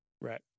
Right